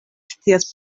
scias